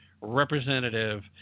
Representative